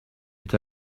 est